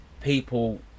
people